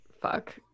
fuck